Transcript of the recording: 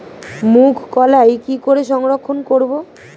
মুঘ কলাই কি করে সংরক্ষণ করব?